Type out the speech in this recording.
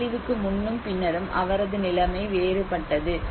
பேரழிவுக்கு முன்னும் பின்னரும் அவரது நிலைமை வேறுபட்டது